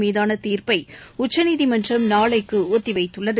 மீதான தீர்ப்பை உச்சநீதிமன்றம் நாளைக்கு ஒத்தி வைத்துள்ளது